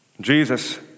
Jesus